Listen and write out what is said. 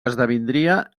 esdevindria